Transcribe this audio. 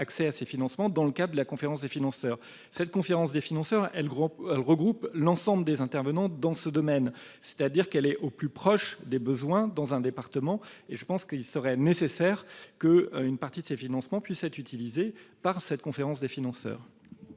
accès à ces financements dans le cadre de la conférence des financeurs. Celle-ci regroupe l'ensemble des intervenants dans ce domaine, c'est-à-dire qu'elle est au plus proche des besoins dans chaque département. Selon moi, il serait nécessaire qu'une partie de ces financements puissent être utilisés par la conférence. Je maintiens